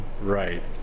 Right